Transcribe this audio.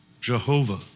Jehovah